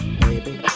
baby